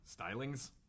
stylings